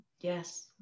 yes